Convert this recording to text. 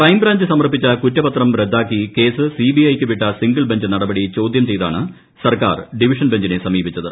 crime branch സമർപ്പിച്ച കുറ്റപത്രം റദ്ദാക്കി കേസ് സിബിഐക്ക് വിട്ട സിംഗിൾ ബഞ്ച് നടപടി ചോദ്യം ചെയ്താണ് സർക്കാർ ഡിവിഷൻ ബഞ്ചിനെ സമീപിച്ചത്